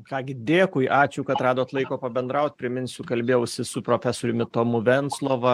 ką gi dėkui ačiū kad radot laiko pabendraut priminsiu kalbėjausi su profesoriumi tomu venclova